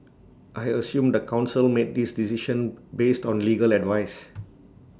I assume the Council made this decision based on legal advice